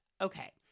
Okay